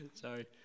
sorry